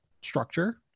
structure